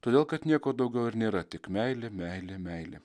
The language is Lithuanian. todėl kad nieko daugiau ir nėra tik meilė meilė meilė